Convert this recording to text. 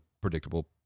predictable